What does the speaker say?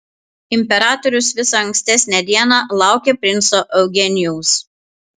imperatorius visą ankstesnę dieną laukė princo eugenijaus